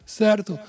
certo